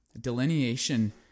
delineation